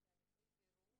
תודה רבה.